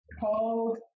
cold